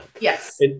Yes